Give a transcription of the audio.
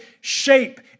shape